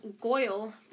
Goyle